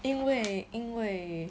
因为因为